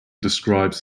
describes